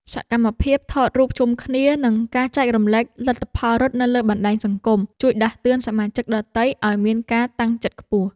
សកម្មភាពថតរូបជុំគ្នា និងការចែករំលែកលទ្ធផលរត់នៅលើបណ្ដាញសង្គម ជួយដាស់តឿនសមាជិកដទៃឱ្យមានការតាំងចិត្តខ្ពស់។